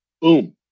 boom